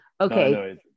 okay